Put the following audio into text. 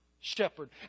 shepherd